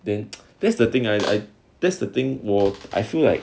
then that's the thing I I that's the thing 我 I feel like